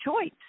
choice